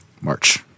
March